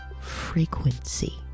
frequency